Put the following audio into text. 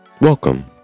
Welcome